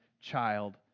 child